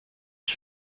ich